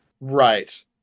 right